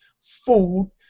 food